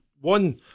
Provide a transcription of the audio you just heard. one